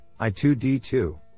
I2D2